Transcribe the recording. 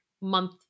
month